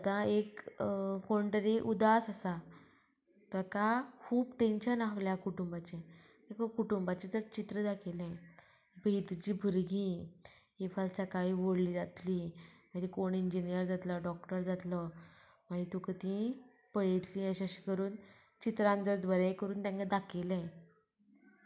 आतां एक कोण तरी उदास आसा ताका खूब टेंशन आयले आपल्या कुटुंबाचे कुटुंबाचें जर चित्र दाखयलें ही तुजी भुरगीं हीं फाल्यां सकाळीं व्हडलीं जातलीं मागीर कोण इंजिनियर जातलो डॉक्टर जातलो मागीर तुका ती पळयतली अशें अशें करून चित्रान जर बरें करून तांकां दाखयलें